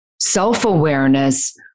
self-awareness